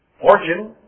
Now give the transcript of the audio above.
fortune